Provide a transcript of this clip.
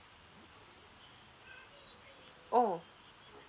oh